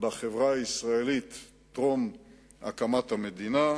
בחברה הישראלית טרום הקמת המדינה,